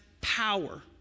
power